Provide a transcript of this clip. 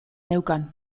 neukan